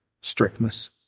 strictness